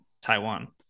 Taiwan